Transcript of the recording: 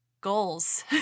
goals